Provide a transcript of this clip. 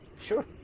sure